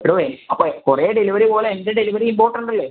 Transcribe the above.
എടോ അപ്പോൾ കുറെ ഡെലിവറി പോലെ എൻ്റെ ഡെലിവറിയും ഇമ്പോർട്ടൻറ്റ് അല്ലേ